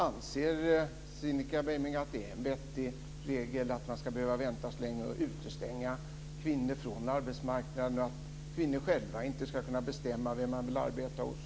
Anser Cinnika Beiming att det är en vettig regel att man ska behöva vänta så länge och utestänga kvinnor från arbetsmarknaden? Ska kvinnor själva inte kunna bestämma vem man vill arbeta hos?